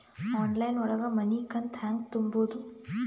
Online ಒಳಗ ಮನಿಕಂತ ಹ್ಯಾಂಗ ತುಂಬುದು?